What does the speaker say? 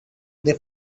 they